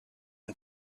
and